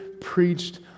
preached